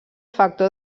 factor